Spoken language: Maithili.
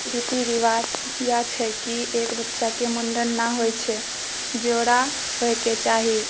पूर्णियामे रीति रिवाज इएह छै कि एक बच्चाके मुण्डन नहि होइ छै जोड़ा होइके चाही